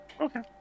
Okay